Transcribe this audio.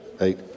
Eight